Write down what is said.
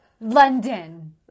London